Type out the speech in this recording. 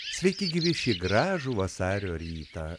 sveiki gyvi šį gražų vasario rytą